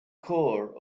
core